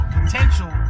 potential